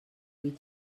wyt